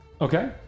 Okay